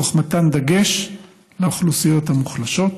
תוך מתן דגש על האוכלוסיות המוחלשות.